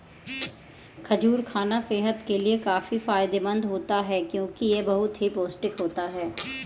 खजूर खाना सेहत के लिए काफी फायदेमंद होता है क्योंकि यह बहुत ही पौष्टिक होता है